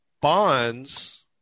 bonds